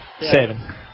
seven